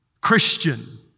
Christian